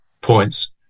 points